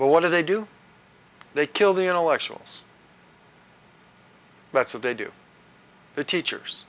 but what do they do they kill the intellectuals that's what they do the teachers